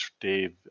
Dave